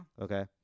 Okay